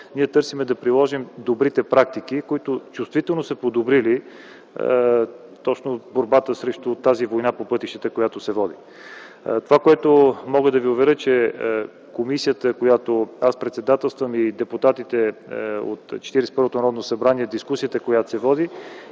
ние търсим да приложим добрите практики, които чувствително са подобрили точно борбата срещу тази война по пътищата, която се води. Мога да Ви уверя, че комисията, която аз председателствам, и депутатите от Четиридесет и първото Народно събрание, дискусията, която се води,